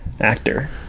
actor